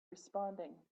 responding